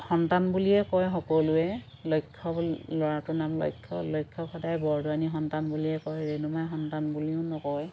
সন্তান বুলিয়েই কয় সকলোৱে লক্ষ্য বুলি ল'ৰাটোৰ নাম লক্ষ্য লক্ষ্য সদায় বৰদোৱানীৰ সন্তান বুলিয়েই কয় ৰেণুমাই সন্তান বুলিও নকয়